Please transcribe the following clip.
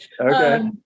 Okay